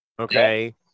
okay